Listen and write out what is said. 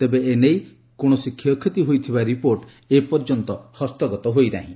ତେବେ ଏନେଇ କ୍ଷୟକ୍ଷତି ହୋଇଥିବା ରିପୋର୍ଟ ଏପର୍ଯ୍ୟନ୍ତ ହସ୍ତଗତ ହୋଇ ନାହିଁ